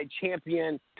champion